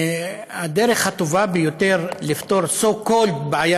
הדרך הטובה ביותר לפתור so called בעיה